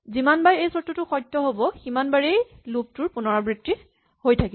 যিমানবাৰেই এই চৰ্তটো সত্য হ'ব সিমান বাৰেই লুপ টোৰ পুণৰাবৃত্তি হৈ থাকিব